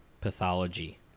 pathology